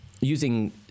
using